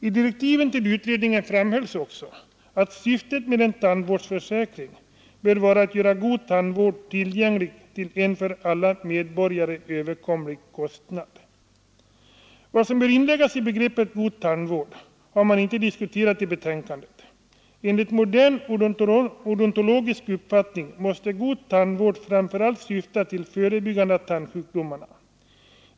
I direktiven till utredningen framhölls också att ”syftet med en tandvårdsförsäkring bör vara att göra god tandvård tillgänglig till en för alla medborgare överkomlig kostnad”. Vad som bör inläggas i begreppet ”god tandvård” har man inte diskuterat i betänkandet. Enligt modern odontologisk uppfattning måste god tandvård framförallt syfta till förebyggande av tandsjukdomar.